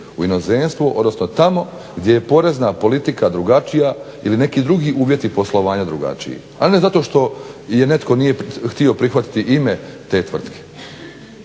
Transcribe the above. u inozemstvo odnosno tamo gdje je porezna politika drugačija ili neki drugi uvjeti poslovanja drugačiji, a ne zato što je neto nije htio prihvatiti ime te tvrtke.